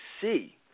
see